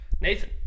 Nathan